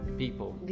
people